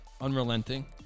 Unrelenting